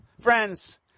friends